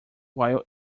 while